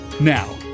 Now